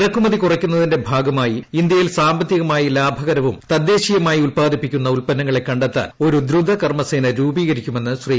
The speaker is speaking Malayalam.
ഇറക്കുമതി കുറയ്ക്കുന്നതിന്റെ ഭാഗമായി ഇന്തൃയിൽ സാമ്പത്തിക മായി ലാഭകരവും തദ്ദേശീയമായി ഉല്പാദിപ്പിക്കുന്ന ഉല്പന്നങ്ങളെ കണ്ടെത്താൻ ഒരു ദ്രുതകർമ്മസേന രൂപീകരിക്കുമെന്ന് ശ്രീ